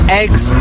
eggs